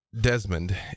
Desmond